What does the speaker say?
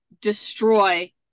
destroy